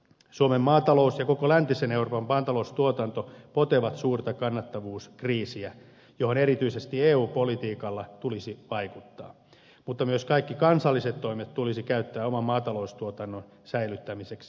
suomen maatalous ja koko läntisen euroopan maataloustuotanto potevat suurta kannattavuuskriisiä johon erityisesti eu politiikalla tulisi vaikuttaa mutta myös kaikki kansalliset toimet tulisi käyttää oman maata loustuotannon säilyttämiseksi